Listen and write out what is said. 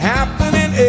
Happening